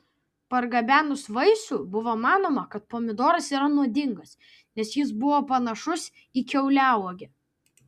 pargabenus vaisių buvo manoma kad pomidoras yra nuodingas nes jis buvo panašus į kiauliauogę